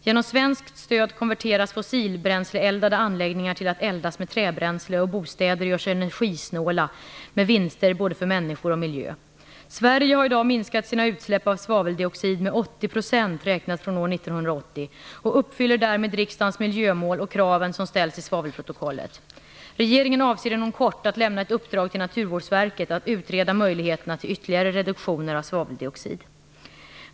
Genom svenskt stöd konverteras fossilbränsleeldade anläggningar till att eldas med träbränsle, och bostäder görs energisnåla, med vinster både för människor och för miljö. Sverige har i dag minskat sina utsläpp av svaveldioxid med 80 % räknat från år 1980 och uppfyller därmed riksdagens miljömål och kraven som ställs i svavelprotokollet. Regeringen avser inom kort att lämna ett uppdrag till Naturvårdsverket att utreda möjligheterna till ytterligare reduktioner av svaveldioxid.